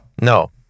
no